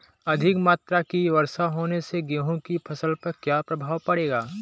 अधिक मात्रा की वर्षा होने से गेहूँ की फसल पर क्या प्रभाव पड़ेगा?